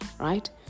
right